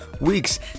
weeks